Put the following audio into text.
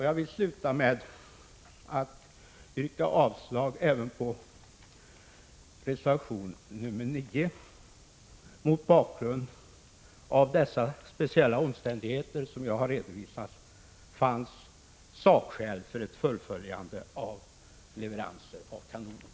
Jag vill sluta med att avstyrka även reservation nr 9. Mot bakgrund av de speciella omständigheter som jag har redovisat fanns sakskäl för ett fullföljande av leveransen av kanoner.